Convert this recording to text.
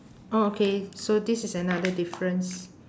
oh okay so this is another difference